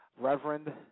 Reverend